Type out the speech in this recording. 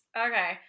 Okay